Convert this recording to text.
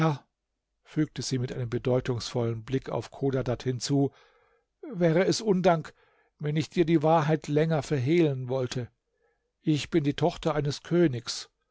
fügte sie mit einem bedeutungsvollen blick auf chodadad hinzu wäre es undank wenn ich dir die wahrheit länger verhehlen wollte ich bin die tochter eines königs